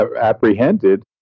apprehended